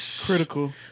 Critical